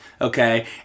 Okay